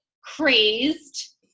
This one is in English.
crazed